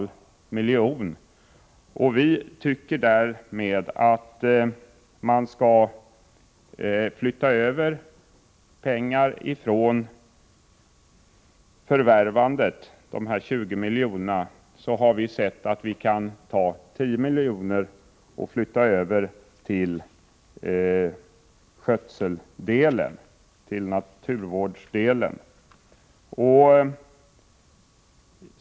Verket har fått drygt 1,5 milj.kr. För vår del tycker vi att man bör ha av de nyss nämnda 20 miljonerna. 10 milj.kr. kan, enligt vår åsikt, användas för naturvård.